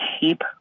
keep